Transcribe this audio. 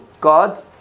God